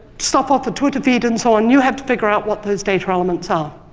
stuff off a twitter feed, and so on, you have to figure out what those data elements are.